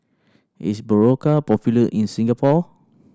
is Berocca popular in Singapore